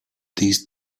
these